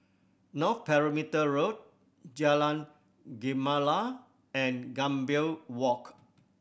North Perimeter Road Jalan Gemala and Gambir Walk